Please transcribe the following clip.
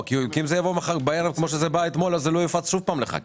אם זה יובא רק בערב זה שוב לא יופץ לחברי הכנסת